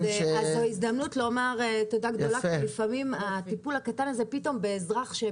הזדמנות לומר תודה גדולה כי לפעמים הטיפול הקטן הזה באזרח,